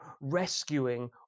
rescuing